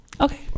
Okay